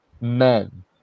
men